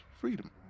freedom